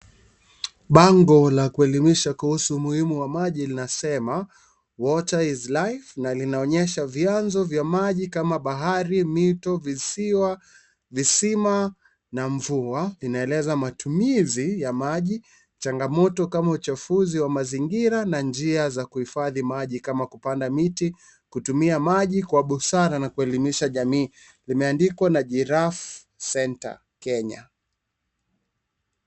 Bango la kuelimisha kuhusu umuhimu wa maji linasema water is life na linaonyesha vianzo vya maji kama bahari, mito, visiwa, visima na mvua. Inaonyesha matumizi ya maji, changamoto kama uchafuzi wa mazingira na njia za kuhifadhi maji kama kupanda miti, kutumia maji kwa busara na kuelimisha jamii. LImeandikwa na giraffe centre Kenya.